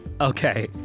Okay